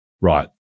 right